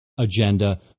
agenda